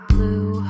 Blue